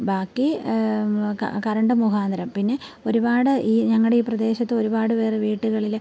ബാക്കി കറണ്ട് മുഖാന്തരം പിന്നെ ഒരുപാട് ഈ ഞങ്ങളുടെ ഈ പ്രദേശത്ത് ഒരുപാട് പേരെ വീടുകളിൽ